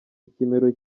ikimero